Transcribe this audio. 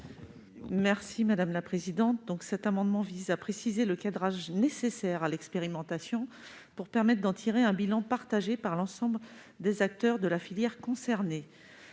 est à Mme Annick Billon. Cet amendement vise à préciser le cadrage nécessaire à l'expérimentation pour permettre d'en tirer un bilan partagé par l'ensemble des acteurs de la filière concernée.